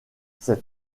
cet